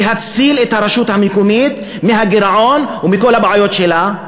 להציל את הרשות המקומית מהגירעון ומכל הבעיות שלה?